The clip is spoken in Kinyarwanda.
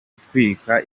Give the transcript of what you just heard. gutwika